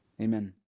Amen